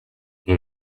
rue